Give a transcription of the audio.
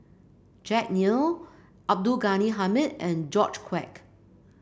Jack Neo Abdul Ghani Hamid and George Quek